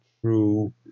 true